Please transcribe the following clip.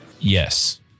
Yes